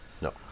no